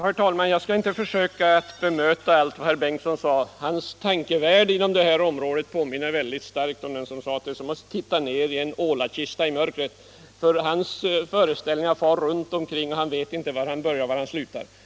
Herr talman! Jag skall inte försöka bemöta allt som herr Bengtson i Jönköping anförde — hans tankevärld på detta område påminner mig starkt om vad någon en gång sade: ”Det är som att titta ner i en ålakista i mörkret.” Hans föreställningar far runt omkring, och han vet inte var han börjar och var han slutar.